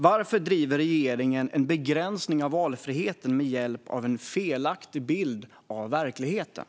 Varför driver regeringen en begränsning av valfriheten med hjälp av en felaktig bild av verkligheten?